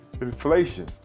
inflation